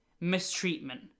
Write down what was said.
mistreatment